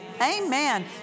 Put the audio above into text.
Amen